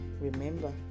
Remember